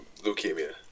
leukemia